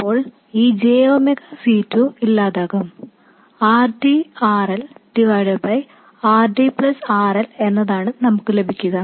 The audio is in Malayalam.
അപ്പോൾ ഈ j ⍵ C2 ഇല്ലാതാകും RD RL RD RL എന്നതാണ് നമുക്ക് ലഭിക്കുക